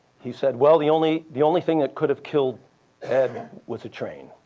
he said, well, the only the only thing that could have killed ed was a train.